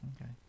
Okay